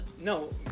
No